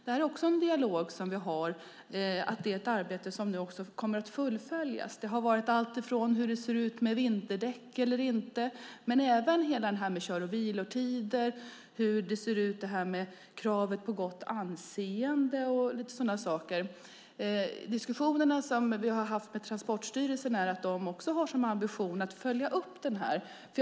Detta är också en dialog vi har, att det är ett arbete som kommer att fullföljas. Det har varit alltifrån hur det ser ut med vinterdäck, men även allt detta med kör och vilotider samt hur det ser ut med kravet på gott anseende och sådana saker. Diskussionerna vi har haft med Transportstyrelsen visar att de också har som ambition att följa upp denna utredning.